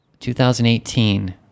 2018